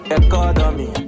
economy